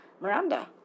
Miranda